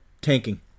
tanking